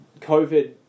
COVID